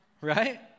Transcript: right